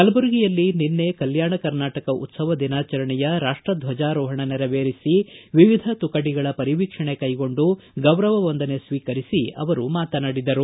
ಕಲಬುರಗಿಯಲ್ಲಿ ನಿನ್ನೆ ಕಲ್ಲಾಣ ಕರ್ನಾಟಕ ಉತ್ಸವ ದಿನಾಚರಣೆಯ ರಾಷ್ಪದ್ವಜಾರೋಹಣ ನೆರವೇರಿಸಿ ವಿವಿಧ ತುಕಡಿಗಳ ಪರಿವೀಕ್ಷಣೆ ಕೈಗೊಂಡು ಗೌರವ ವಂದನೆ ಸ್ವೀಕರಿಸಿ ಅವರು ಮಾತನಾಡಿದರು